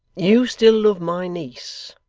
you still love my niece,